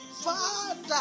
Father